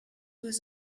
was